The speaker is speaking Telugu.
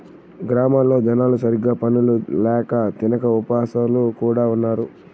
గ్రామాల్లో జనాలు సరిగ్గా పనులు ల్యాక తినక ఉపాసాలు కూడా ఉన్నారు